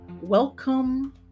welcome